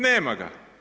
Nema ga.